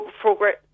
progress